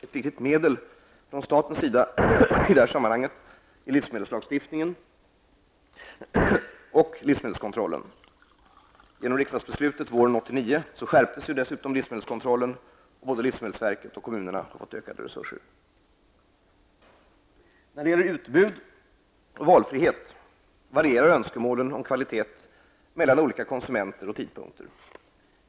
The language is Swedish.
Ett viktigt medel från statens sida i det här sammanhanget är livsmedelslagstiftningen och livsmedelskontrollen. Genom ett riksdagsbeslut våren 1989 skärptes dessutom livsmedelskontrollen och både livsmedelsverket och kommunerna fick ökade resurser. Vad gäller utbud och valfrihet varierar önskemålen om kvalitet mellan olika konsumenter och tidpunkter.